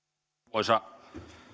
arvoisa